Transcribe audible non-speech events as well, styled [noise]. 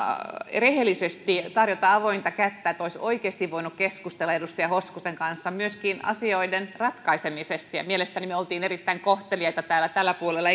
rehellisesti tarjota avointa kättä että olisi oikeasti voinut keskustella edustaja hoskosen kanssa myöskin asioiden ratkaisemisesta ja mielestäni me olimme erittäin kohteliaita tällä tällä puolella [unintelligible]